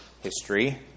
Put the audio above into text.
history